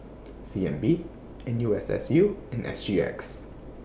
C N B N U S S U and S G X